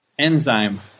Enzyme